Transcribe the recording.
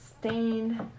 stained